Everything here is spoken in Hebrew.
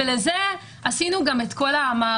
ולשם כך עשינו גם את כל העבודה,